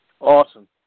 Awesome